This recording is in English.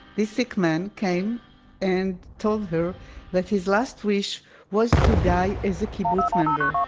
this sick man came and told her that his last wish was to die as a kibbutz member.